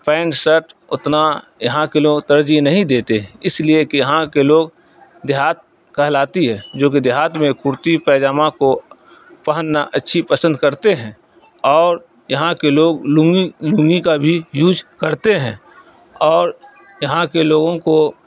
pant shirt اتنا یہاں کے لوگ ترجیح نہیں دیتے ہیں اس لیے کہ یہاں کے لوگ دیہات کہلاتی ہے جو کہ دیہات میں کرتی پیجامہ کو پہننا اچھی پسند کرتے ہیں اور یہاں کے لوگ لنگی لنگی کا بھی یوز کرتے ہیں اور یہاں کے لوگوں کو